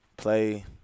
play